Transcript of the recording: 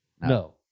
no